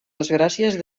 desgràcies